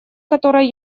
которая